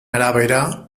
arabera